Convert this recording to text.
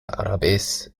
árabes